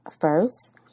first